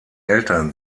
eltern